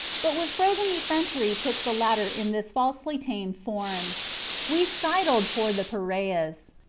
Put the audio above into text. but with frozen effrontery puts the latter in this falsely tamed form we sidled toward the piraeus.